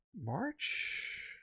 march